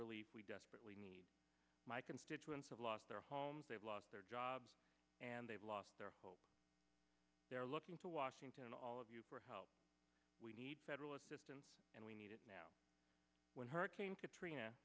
relief we desperately need my constituents have lost their homes they've lost their jobs and they've lost their home they're looking to washington and all of you for help we need federal assistance and we need it now when hurricane katrina